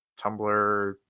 Tumblr